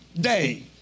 day